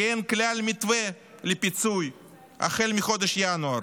אין כלל מתווה לפיצוי החל מחודש ינואר,